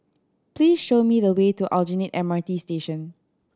please show me the way to Aljunied M R T Station